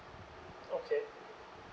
okay